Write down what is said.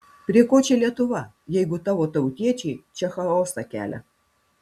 prie ko čia lietuva jeigu tavo tautiečiai čia chaosą kelia